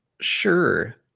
Sure